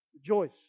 Rejoice